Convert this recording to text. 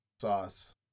sauce